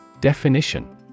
Definition